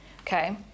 Okay